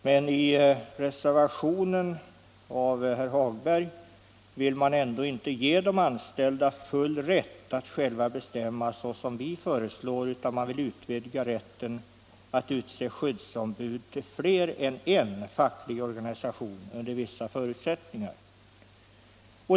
Men i reservationen av herr Hagberg vill man ändå inte ge de anställda full rätt att själva bestämma så som vi föreslår, utan man vill utnyttja rätten att utse skyddsombud till fler än en facklig organisation under vissa förutsättningar.